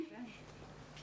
תודה רבה.